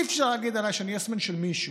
אי-אפשר להגיד עלי שאני יס-מן של מישהו.